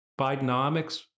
Bidenomics